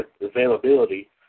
availability